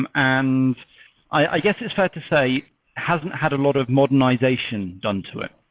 and um i guess it's had to say hasn't had a lot of modernization done to it.